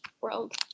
world